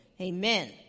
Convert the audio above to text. Amen